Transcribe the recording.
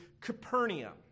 Capernaum